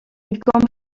comprend